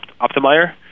Optimier